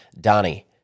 Donnie